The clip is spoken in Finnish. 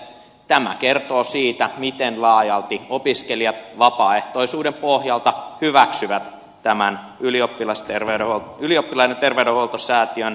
tämä kertoo siitä miten laajalti opiskelijat vapaaehtoisuuden pohjalta hyväksyvät tämän ylioppilaiden terveydenhoitosäätiön tarjoaman palvelun